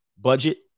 budget